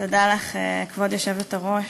כבוד היושבת-ראש,